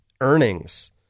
earnings